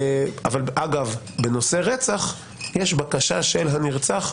אגב, בנושא רצח יש בקשה של הנרצח,